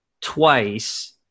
twice